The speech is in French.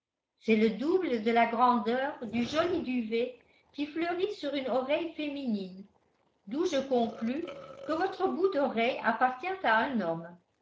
c'est le double de la grandeur du joli duvet qui fleurit sur une oreille féminine d'où je conclus que votre bout d'oreille appartient à un homme